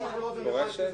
באופן תיאורטי,